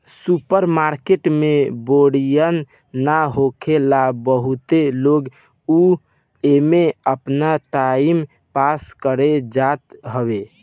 super market में बोरियत ना होखेला बहुते लोग तअ एमे आपन टाइम पास करे जात हवे